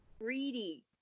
greedy